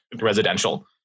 Residential